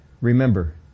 remember